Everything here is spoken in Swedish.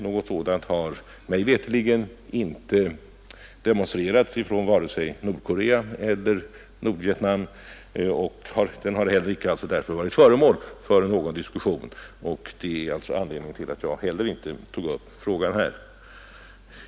Något sådant har mig veterligen inte demonstrerats från vare sig Nordkorea eller Nordvietnam. Frågan har därför icke heller varit föremål för någon diskussion. Detta är anledningen till att jag inte heller tog upp frågan här.